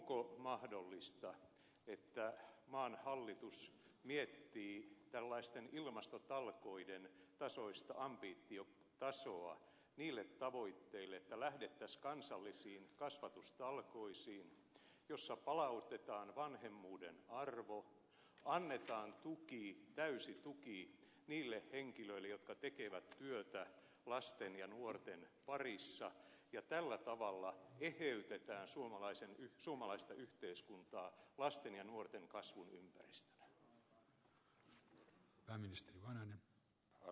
onko mahdollista että maan hallitus miettii tällaisten ilmastotalkoiden tasoista ambitiotasoa niille tavoitteille että lähdettäisiin kansallisiin kasvatustalkoisiin joissa palautetaan vanhemmuuden arvo annetaan täysi tuki niille henkilöille jotka tekevät työtä lasten ja nuorten parissa ja tällä tavalla eheytetään suomalaista yhteiskuntaa lasten ja nuorten kasvun ympäristönä